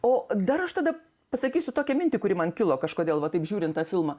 o dar aš tada pasakysiu tokią mintį kuri man kilo kažkodėl va taip žiūrint tą filmą